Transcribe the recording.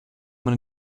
man